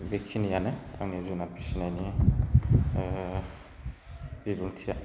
बेखिनियानो आंनि जुनार फिसिनायनि बिबुंथिया